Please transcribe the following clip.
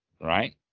right